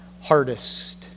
hardest